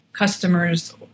Customers